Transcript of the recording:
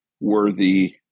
worthy